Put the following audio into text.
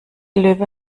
löwe